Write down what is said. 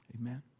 Amen